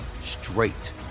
straight